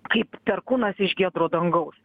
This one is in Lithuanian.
kaip perkūnas iš giedro dangaus